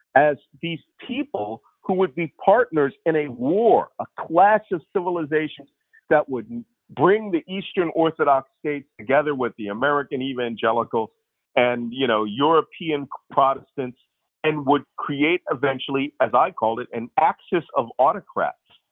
as these people who would be partners in a war, a clash of civilizations that would bring the eastern orthodox state together with the american evangelical and you know european protestants and would create eventually, as i call it, an axis of autocrats,